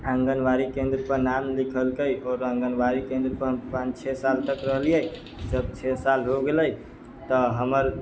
आंगनबाड़ी केन्द्र पे नाम लिखलकै आओर आंगनबाड़ी केन्द्र पर हम पान छओ साल तक रहलियै जब छओ साल हो गेलै तऽ हमर